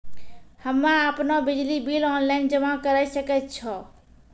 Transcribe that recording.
हम्मे आपनौ बिजली बिल ऑनलाइन जमा करै सकै छौ?